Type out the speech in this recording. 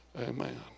Amen